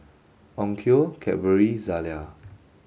Onkyo Cadbury Zalia